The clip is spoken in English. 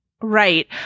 Right